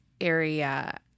area